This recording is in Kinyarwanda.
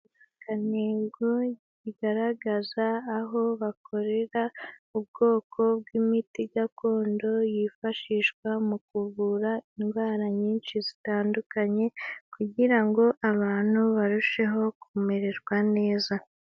Intego igaragaza aho bakorera ubwoko bw'imiti gakondo yifashishwa mu kuvura indwara nyinshi zitandukanye, kugira ngo abantu barusheho kumererwa neza.